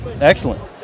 excellent